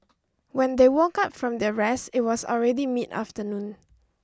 when they woke up from their rest it was already mid afternoon